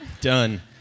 Done